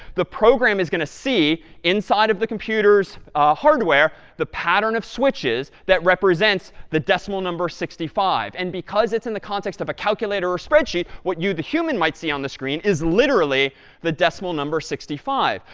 the program is going to see inside of the computer's hardware the pattern of switches that represents the decimal number sixty five. and because it's in the context of a calculator or spreadsheet, what you, the human, might see on the screen is literally the decimal number sixty five.